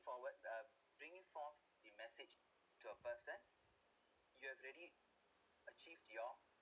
forward uh bringing forth the message to a person you have already achieved your